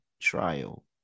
trial